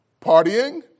partying